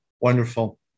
Wonderful